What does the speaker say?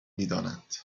میدادند